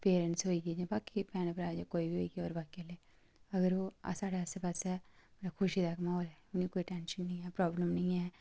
जियां साढ़े पैरेंट्स होई गे बाकी भैनां भ्राऽ जां कोई बी होइया होर बाकी आह्ले अगर ओह् साढ़े आस्सै पास्सै जां खुशी दा समां होऐ मिगी कोई टैंशन निं ऐ कोई प्नाबलम ऐ